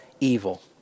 evil